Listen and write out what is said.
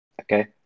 Okay